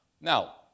Now